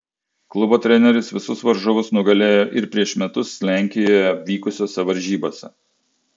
klubo treneris visus varžovus nugalėjo ir prieš metus lenkijoje vykusiose varžybose